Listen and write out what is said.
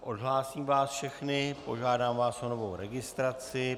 Odhlásím vás všechny a požádám vás o novou registraci.